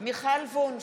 מיכל וונש,